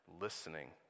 listening